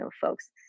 folks